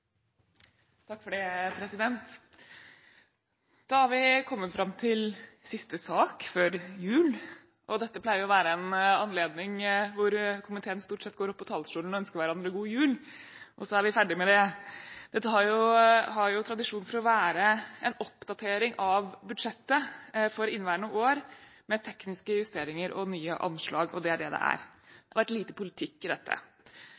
har vi kommet fram til siste sak før jul. Dette pleier å være en anledning hvor komiteen stort sett går opp på talerstolen og ønsker hverandre god jul, og så er vi ferdig med det. Dette har jo tradisjon for å være en oppdatering av budsjettet for inneværende år, med tekniske justeringer og nye anslag. Og det er det det er – det har vært lite politikk i dette.